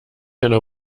einer